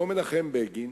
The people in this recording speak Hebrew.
אותו מנחם בגין,